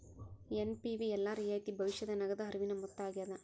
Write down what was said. NPV ಎಲ್ಲಾ ರಿಯಾಯಿತಿ ಭವಿಷ್ಯದ ನಗದ ಹರಿವಿನ ಮೊತ್ತ ಆಗ್ಯಾದ